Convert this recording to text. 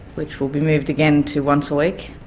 which will be moved again to once a week.